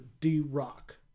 D-Rock